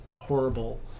horrible